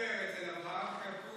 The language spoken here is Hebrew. ארבע דקות לרשותך,